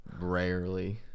Rarely